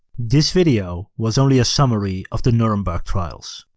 this video was only a summary of the nuremberg trials.